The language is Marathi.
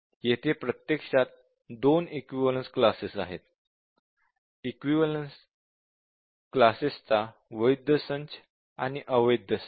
येथे प्रत्यक्षात 2 इक्विवलेन्स क्लासेस आहेत इक्विवलेन्स क्लासेसचा वैध संच आणि अवैध संच